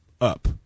up